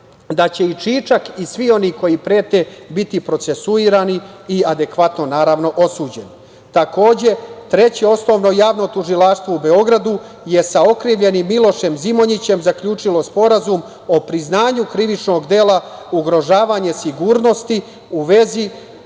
da će i Čičak i svi oni koji prete biti procesuirani i adekvatno osuđeni. Takođe, Treće osnovno javno tužilaštvo u Beogradu je sa okrivljenim Milošem Zimonjićem zaključilo sporazum o priznanju krivičnog dela – ugrožavanje sigurnosti u vezi